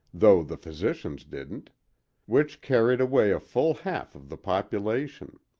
though the physicians didn't which carried away a full half of the population.